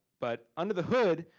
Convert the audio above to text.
but, under the hood,